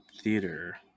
theater